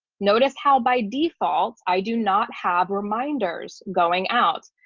notice how by default, i do not have reminders going out.